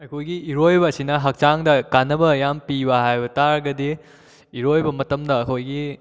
ꯑꯩꯈꯣꯏꯒꯤ ꯏꯔꯣꯏꯕ ꯑꯁꯤꯅ ꯍꯛꯆꯥꯡꯗ ꯀꯥꯟꯅꯕ ꯌꯥꯝ ꯄꯤꯕ ꯍꯥꯏꯕ ꯇꯥꯔꯒꯗꯤ ꯏꯔꯣꯏꯕ ꯃꯇꯝꯗ ꯑꯩꯈꯣꯏꯒꯤ